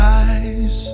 eyes